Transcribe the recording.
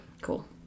Cool